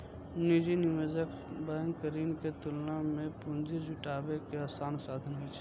निजी निवेश बैंक ऋण के तुलना मे पूंजी जुटाबै के आसान साधन होइ छै